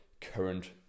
current